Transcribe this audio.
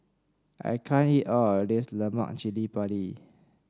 I can't eat all of this Lemak Cili Padi